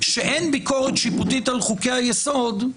כשאין ביקורת שיפוטית על חוקי היסוד,